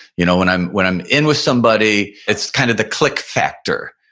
you know when i'm when i'm in with somebody, it's kind of the click factor.